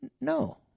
No